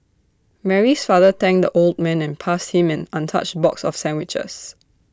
Mary's father thanked the old man and passed him an untouched box of sandwiches